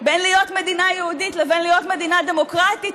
בין להיות מדינה יהודית לבין להיות מדינה דמוקרטית,